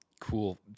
cool